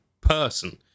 person